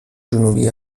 جنوبی